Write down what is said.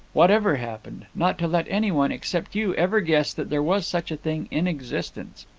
whatever happened, not to let anyone, except you, ever guess that there was such a thing in existence.